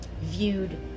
viewed